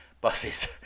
buses